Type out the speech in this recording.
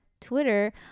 Twitter